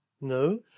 no